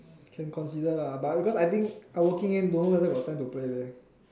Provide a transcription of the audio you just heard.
can consider lah but because I think I'm working eh don't know whether got time to play